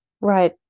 right